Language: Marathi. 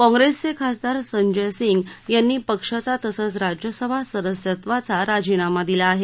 काँग्रेसचे खासदार संजय सिंग यांनी पक्षाचा तसंच राज्यसभा सदस्यत्वाचा राजीनामा दिला आहे